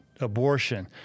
abortion